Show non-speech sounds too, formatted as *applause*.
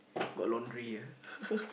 got laundry ah *laughs*